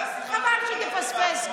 חבל שתפספס.